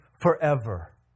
forever